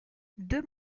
deux